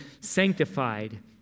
sanctified